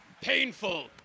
Painful